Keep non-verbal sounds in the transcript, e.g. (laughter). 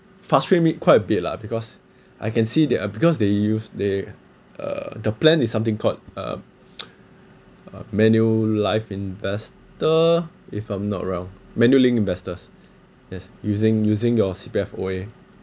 frustrate me quite a bit lah because I can see that uh because they use they uh the plan is something called a (noise) uh manulife investor if I'm not wrong manulink investors yes using using your C_P_F away